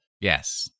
Yes